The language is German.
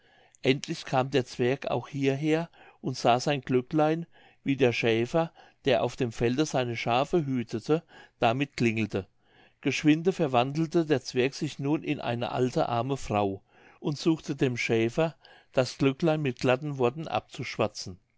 endlich kam der zwerg auch hierher und sah sein glöcklein wie der schäfer der auf dem felde seine schafe hütete damit klingelte geschwinde verwandelte der zwerg sich nun in eine alte arme frau und suchte dem schäfer das glöcklein mit glatten worten abzuschwatzen